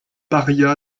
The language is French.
paria